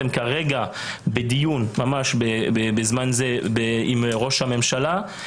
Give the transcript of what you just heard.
הם כרגע בדיון עם ראש הממשלה.